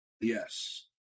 Yes